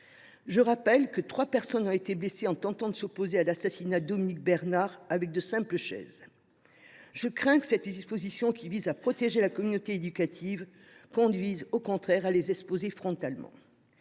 Je rappelle que trois personnes ont été blessées en tentant de s’opposer à l’assassin de Dominique Bernard avec de simples chaises ! Je crains que cette mesure, en visant à protéger la communauté éducative, ne conduise, au contraire, à l’exposer frontalement.